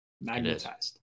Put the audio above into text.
magnetized